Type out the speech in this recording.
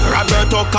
Roberto